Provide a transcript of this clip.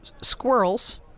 squirrels